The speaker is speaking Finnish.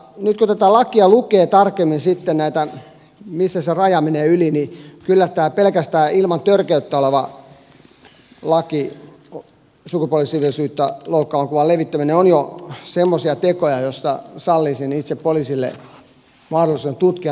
nyt kun tätä lakia lukee tarkemmin missä se raja menee yli kyllä tämä pelkästään ilman törkeyttä oleva sukupuolisiveellisyyttä loukkaavan kuvan levittäminen on jo semmoisia tekoja joissa sallisin itse poliisille mahdollisuuden tutkia rikosta myös telekuuntelun keinoin